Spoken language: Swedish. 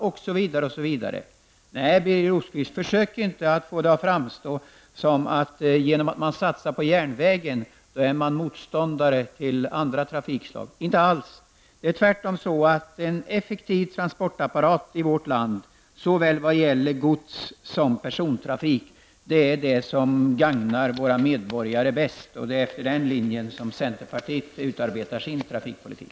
Nej, Birger Rosqvist, försök inte att få det att framstå som att man genom att vilja satsa på järnvägen är motståndare till andra trafikslag. Så är det inte alls! Det är tvärtom så att en effektiv transportapparat i vårt land, vad gäller såväl godssom persontrafik, är vad som gagnar våra medborgare bäst. Och det är efter den linjen som centerpartiet utarbetar sin trafikpolitik.